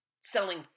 selling